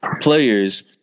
players